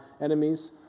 enemies